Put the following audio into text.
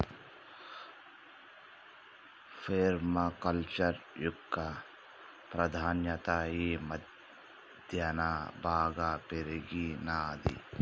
పేర్మ culture యొక్క ప్రాధాన్యత ఈ మధ్యన బాగా పెరిగినాది